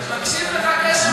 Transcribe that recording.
מקשיב לך קשב רב,